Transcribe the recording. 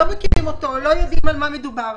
לא מכירים אותו, לא יודעים על מה מדובר.